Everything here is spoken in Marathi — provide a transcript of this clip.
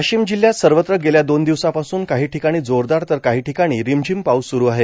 वाशिम जिल्हयात सर्वत्र गेल्या दोन दिवसापासून काही ठिकाणी जोरदार तर काही टिकाणी रिमझिम पाऊस सुरू आहे